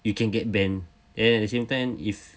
you can get banned and at the same time if